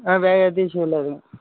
வேறு எதுவும் இஸ்யூ இல்லை எதுவும்